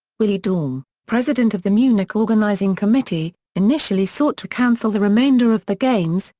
willi daume, president of the munich organizing committee, initially sought to cancel the remainder of the games,